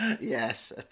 Yes